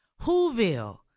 Whoville